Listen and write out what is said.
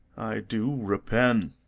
do repent